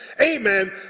amen